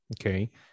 Okay